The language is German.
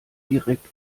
direkt